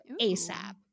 ASAP